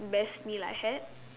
best meal I had